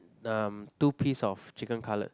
um two piece of chicken cutlet